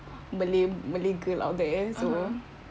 malay malay girl out there so